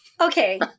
okay